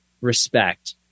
respect